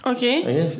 Okay